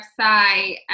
website